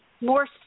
more